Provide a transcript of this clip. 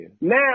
now